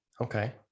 Okay